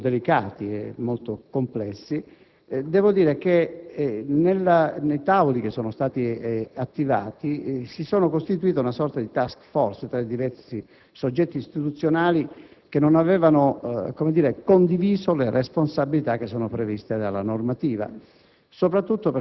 molto delicati e molto complessi, devo dire che nei tavoli che sono stati attivati si è costituita una sorta di *task* *force* tra i diversi soggetti istituzionali che non avevano condiviso le responsabilità previste dalla normativa,